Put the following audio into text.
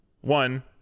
one